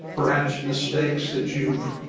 perhaps mistakes that you've